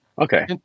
okay